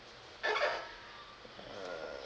uh